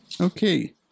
Okay